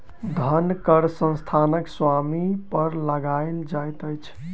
धन कर संस्थानक स्वामी पर लगायल जाइत अछि